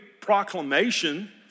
proclamation